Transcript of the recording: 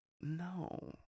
no